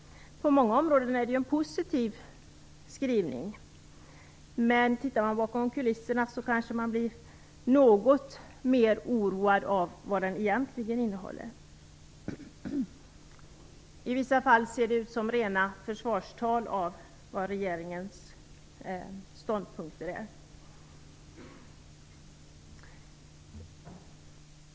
På många områden är det en positiv skrivelse, men tittar man "bakom kulisserna" blir man något mer oroad av vad den egentligen innehåller. I vissa fall ser det ut som rena försvarstalet av regeringens ståndpunkter.